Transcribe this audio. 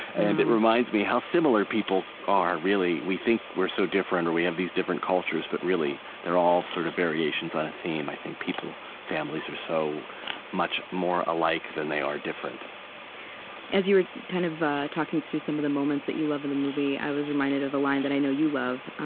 and it reminds me how similar people are, really. we think we're so different, or we have these different cultures, but really, they're all sort of variations on a theme. i think people families are so much more alike than they are different as you were kind of talking through some of the moments that you love in the movie, i was reminded of a line that i know you love,